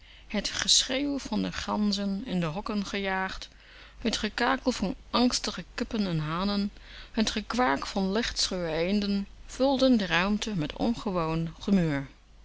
t geschreeuw van de ganzen in de hokken gejaagd t gekakel van angstige kippen en hanen t gekwaak van lichtschuwe eenden vulden de ruimte met ongewoon